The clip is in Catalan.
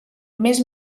més